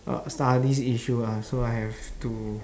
uh studies issue ah so I have to